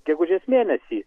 gegužės mėnesį